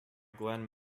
glenn